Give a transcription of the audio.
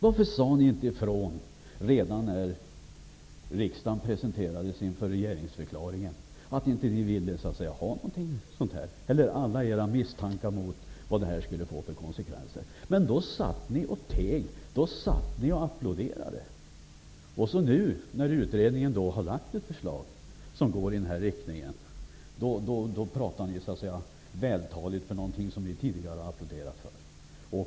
Varför sade ni inte ifrån redan när regeringsförklaringen presenterades för riksdagen att ni inte vill ha detta? Varför framförde ni då inte alla era misstankar för vad detta skulle få för konsekvenser? Men då satt ni och teg! Då satt ni och applåderade! Nu, när utredningen har lagt fram ett förslag i denna riktning, så går ni vältaligt ut mot någonting ni tidigare applåderat för.